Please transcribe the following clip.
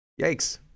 Yikes